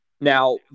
Now